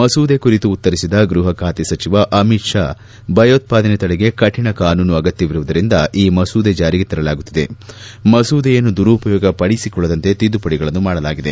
ಮಸೂದೆ ಕುರಿತು ಉತ್ತರಿಸಿದ ಗೃಹಖಾತೆ ಸಚಿವ ಅಮಿತ್ ಷಾ ಭಯೋತ್ಪಾದನೆ ತಡೆಗೆ ಕಠಿಣ ಕಾನೂನು ಅಗತ್ಯವಿರುವುದರಿಂದ ಈ ಮಸೂದೆ ಜಾರಿಗೆ ತರಲಾಗುತ್ತಿದೆ ಮಸೂದೆಯನ್ನು ದುರುಪಯೋಗ ಪಡಿಸಿಕೊಳ್ಳದಂತೆ ತಿದ್ದುಪಡಿಗಳನ್ನು ಮಾಡಲಾಗಿದೆ